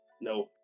No